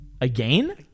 Again